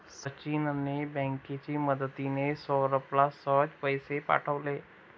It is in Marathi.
सचिनने बँकेची मदतिने, सौरभला सहज पैसे पाठवले